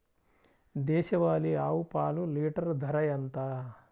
దేశవాలీ ఆవు పాలు లీటరు ధర ఎంత?